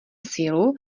sílu